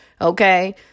okay